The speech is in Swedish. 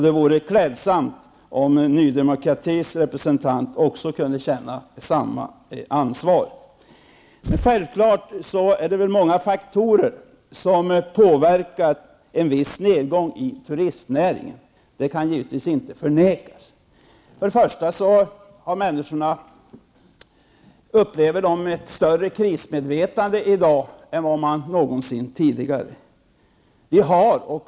Det vore klädsamt om Ny Demokratis representant också kunde känna samma ansvar. Det är självfallet många faktorer som påverkar en viss nedgång i turistnäringen -- det kan inte förnekas. Människor upplever i dag ett större krismedvetande än någonsin tidigare.